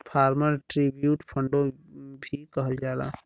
farmer tribute फ़ंडो भी कहल जाला